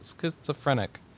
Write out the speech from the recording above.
Schizophrenic